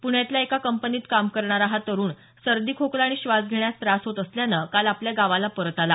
पुण्यातल्या एका कंपनीत काम करणारा हा तरुण सर्दी खोकला आणि श्वास घेण्यास त्रास होत असल्यान काल आपल्या गावाला परत आला